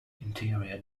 interior